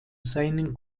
seinen